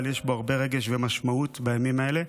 אבל יש בו הרבה רגש ומשמעות בימים האלה.